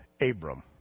Abram